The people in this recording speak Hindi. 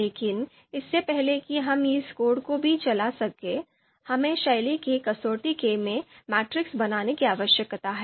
लेकिन इससे पहले कि हम इस कोड को भी चला सकें हमें शैली की कसौटी के लिए मैट्रिक्स बनाने की आवश्यकता है